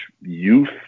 youth